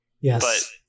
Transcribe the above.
Yes